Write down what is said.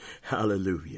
Hallelujah